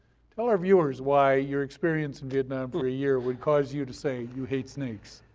tell our viewers why your experience in vietnam for a year would cause you to say you hate snakes.